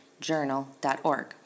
Journal.org